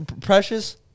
Precious